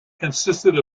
consisted